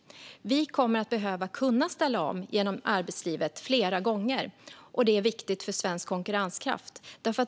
Vi kommer att behöva kunna ställa om flera gånger genom arbetslivet. Det är viktigt för svensk konkurrenskraft.